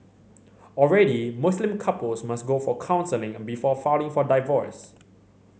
already Muslim couples must go for counselling before filing for divorce